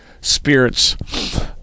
spirits